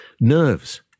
nerves